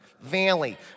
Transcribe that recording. Valley